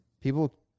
People